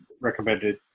recommended